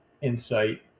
insight